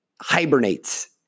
hibernates